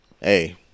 Hey